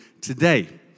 today